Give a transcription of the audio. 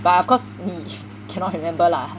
but of course 你 cannot remember lah